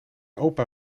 opa